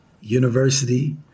University